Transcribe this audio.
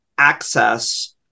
Access